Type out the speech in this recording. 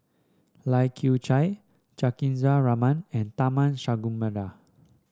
Lai Kew Chai Juthika Ramanathan and Tharman Shanmugaratnam